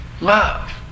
love